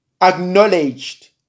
acknowledged